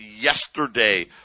yesterday